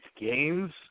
games